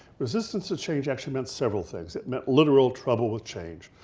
resistance to change actually meant several things. it meant literal trouble with change.